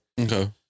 okay